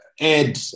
Add